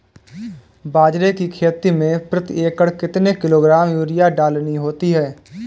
बाजरे की खेती में प्रति एकड़ कितने किलोग्राम यूरिया डालनी होती है?